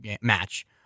match